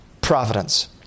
providence